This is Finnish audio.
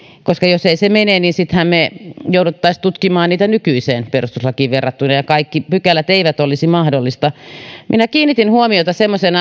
koska jos se ei mene niin sittenhän me joutuisimme tutkimaan niitä nykyiseen perustuslakiin verrattuna ja kaikki pykälät eivät olisi mahdollisia minä kiinnitin huomiota semmoiseen